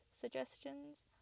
suggestions